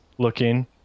Looking